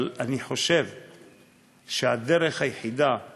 אבל אני חושב שהדרך היחידה היא